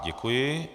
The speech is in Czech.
Děkuji.